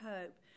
hope